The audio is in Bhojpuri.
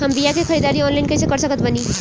हम बीया के ख़रीदारी ऑनलाइन कैसे कर सकत बानी?